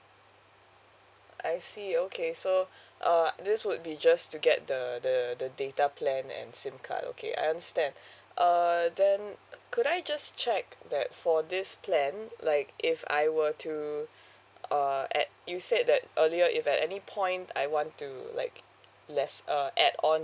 I see okay so uh this would be just to get the the the data plan and sim card okay I understand uh then could I just check that for this plan like if I were to uh add you said that earlier if at any point I want to like less uh add on